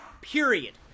period